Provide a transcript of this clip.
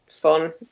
fun